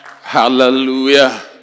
Hallelujah